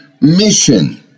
mission